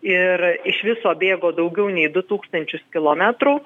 ir iš viso bėgo daugiau nei du tūkstančius kilometrų